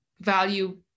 value